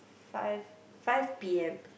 five five p_m